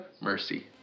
Mercy